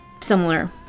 Similar